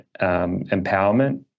empowerment